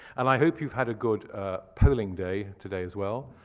and i hope you've had a good polling day today as well.